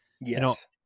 Yes